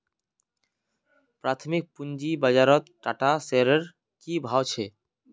प्राथमिक पूंजी बाजारत टाटा शेयर्सेर की भाव छ